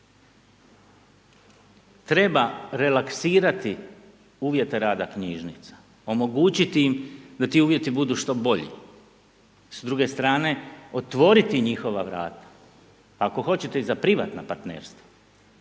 treba relaksirati uvjete rada knjižnica, omogućiti im da ti uvjeti budu što bolji. S druge strane, otvoriti njihova vrata. Ako hoćete i za privatna partnerstva.